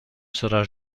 sera